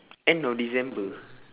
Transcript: end of december